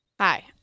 hi